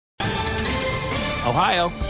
Ohio